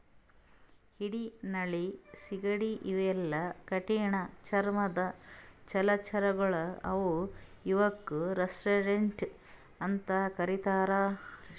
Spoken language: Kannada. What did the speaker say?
ಏಡಿ ನಳ್ಳಿ ಸೀಗಡಿ ಇವೆಲ್ಲಾ ಕಠಿಣ್ ಚರ್ಮದ್ದ್ ಜಲಚರಗೊಳ್ ಅವಾ ಇವಕ್ಕ್ ಕ್ರಸ್ಟಸಿಯನ್ಸ್ ಅಂತಾ ಕರಿತಾರ್